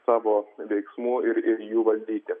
savo veiksmų ir ir jų valdyti